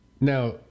Now